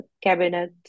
cabinet